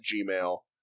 Gmail